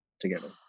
together